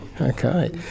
Okay